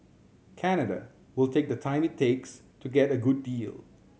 Canada will take the time it takes to get a good deal